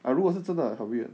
ah 如果是真的很 weird